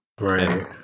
right